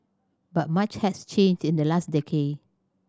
but much has changed in the last decade